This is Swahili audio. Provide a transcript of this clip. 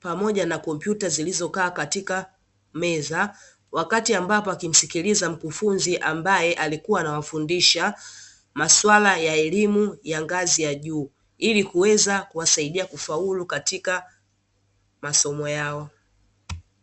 pamoja na kompyuta zilizokaa katika meza, wakati ambapo wakimsikiliza mkufunzi ambaye alikuwa anawafundisha masuala ya elimu ya ngazi ya juu, ili kuweza kuwasaidia kufaulu katika masomo yao.